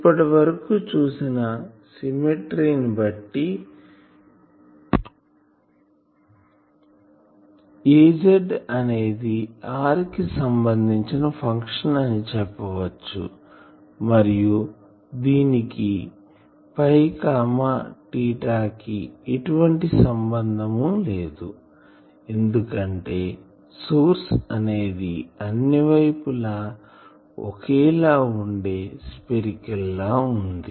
ఇప్పటి వరకు చూసిన సిమ్మెట్రీ ని బట్టి Az అనేది r కి సంబంధించిన ఫంక్షన్ అని చెప్పవచ్చు మరియు దీనికి కి ఎంటువంటి సంబంధం లేదు ఎందుకంటే సోర్స్ అనేది అన్ని వైపులా ఒకే లా వుండే స్పెరికల్ లా వుంది